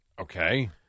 Okay